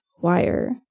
wire